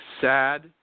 sad